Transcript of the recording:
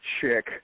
chick